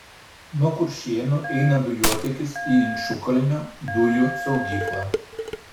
nuo kuršėnų eina dujotiekis į inčukalnio dujų saugyklą